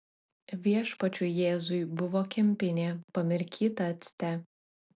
viešpačiui jėzui buvo kempinė pamirkyta acte